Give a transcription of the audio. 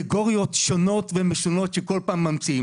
קטגוריות שונות ומשונות שכל פעם ממציאים